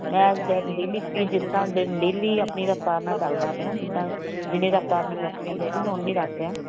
ਮੈਂ ਜ daily speed ਜਿਸ ਤਰ੍ਹਾਂ ਡੇਲੀ ਡੇਲੀ ਆਪਣੀ ਰਫ਼ਤਾਰ ਨਾਲ ਚੱਲਦਾ ਪਿਆ ਜਿੱਦਾਂ ਜਿੰਨੀ ਰਫ਼ਤਾਰ ਮੈਨੂੰ ਰੱਖਣੀ ਚਾਹੀਦੀ ਮੈਂ ਉਨੀਂ ਰੱਖ ਰਿਹਾ